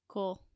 Cool